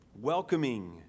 welcoming